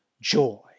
joy